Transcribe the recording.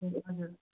हजुर